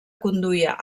conduïa